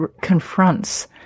confronts